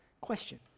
question